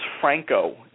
Franco